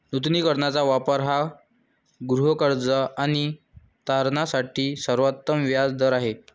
नूतनीकरणाचा वापर हा गृहकर्ज आणि तारणासाठी सर्वोत्तम व्याज दर आहे